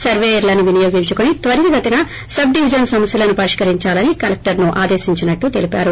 సర్వేయర్లను వినియోగించుకొని త్వరితగతిన subdivision సమస్యలను పరిష్కరించాలని కలెక్టర్ ను ఆదేశించినట్లు తెలిపారు